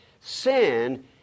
sin